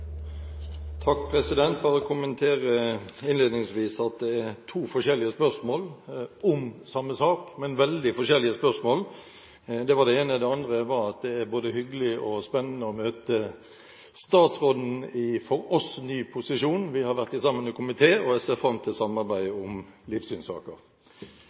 er to forskjellige spørsmål om samme sak, men veldig forskjellige spørsmål. Det var det ene. Det andre var at det er både hyggelig og spennende å møte statsråden i en for oss ny posisjon. Vi har vært sammen i komité, og jeg ser fram til samarbeid om livssynssaker.